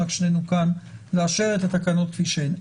רק שנינו כאן לאשר את התקנות כפי שהן,